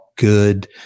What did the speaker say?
Good